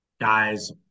guys